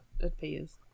appears